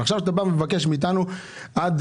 עכשיו כשאתה בא ומבקש מאיתנו עד